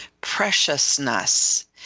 preciousness